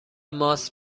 ماست